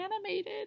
animated